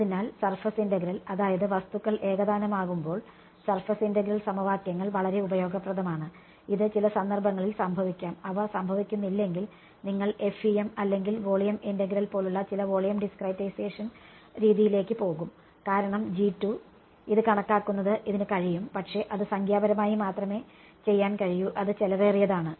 അതിനാൽ surface integral അതായത് വസ്തുക്കൾ ഏകതാനമാകുമ്പോൾ സർഫസ് ഇന്റഗ്രൽ സമവാക്യങ്ങൾ വളരെ ഉപയോഗപ്രദമാണ് ഇത് ചില സന്ദർഭങ്ങളിൽ സംഭവിക്കാം അവ സംഭവിക്കുന്നില്ലെങ്കിൽ നിങ്ങൾ FEM അല്ലെങ്കിൽ വോളിയം ഇന്റഗ്രൽ പോലുള്ള ചില വോളിയം ഡിസ്ക്രിറ്റൈസേഷൻ രീതിയിലേക്ക് പോകും കാരണം ഇത് കണക്കാക്കുന്നത് ഇതിന് കഴിയും പക്ഷേ അത് സംഖ്യാപരമായി മാത്രമേ ചെയ്യാൻ കഴിയൂ അത് ചെലവേറിയതാണ്